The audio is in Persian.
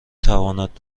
تواند